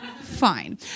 fine